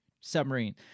submarine